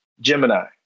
Gemini